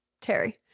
Terry